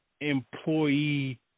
employee